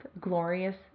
glorious